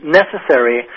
necessary